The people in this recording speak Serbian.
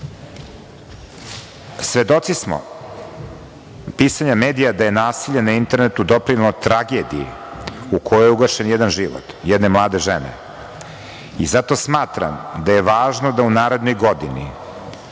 nasilja. Svedoci smo pisanja medija da je nasilje na internetu doprinelo tragediji u kojoj je ugašen jedan život jedne mlade žene. Zato smatram da je važno da u narednoj godini